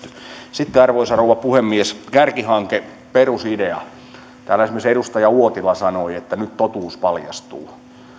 sitten arvoisa rouva puhemies kärkihankeperusidea täällä esimerkiksi edustaja uotila sanoi että nyt totuus paljastuu